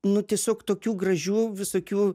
nu tiesiog tokių gražių visokių